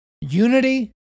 unity